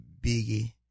Biggie